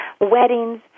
weddings